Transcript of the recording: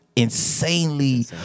Insanely